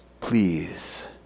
Please